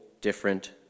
different